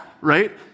Right